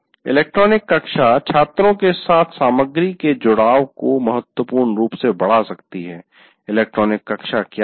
electronic कक्षा छात्रों के साथ सामग्री के जुड़ाव को महत्वपूर्ण रूप से बढ़ा सकती है इलेक्ट्रॉनिक कक्षा क्या है